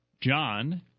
John